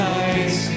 eyes